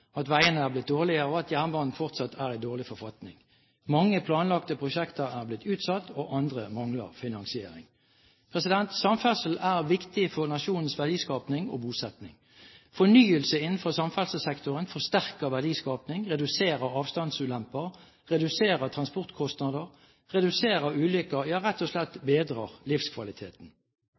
at veiene er blitt dårligere, og at jernbanen fortsatt er i dårlig forfatning. Mange planlagte prosjekter er blitt utsatt, og andre mangler finansiering. Samferdsel er viktig for nasjonens verdiskaping og bosetting. Fornyelse innenfor samferdselssektoren forsterker verdiskaping, reduserer avstandsulemper, reduserer transportkostnader, reduserer ulykker, ja rett og slett bedrer livskvaliteten.